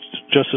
Justice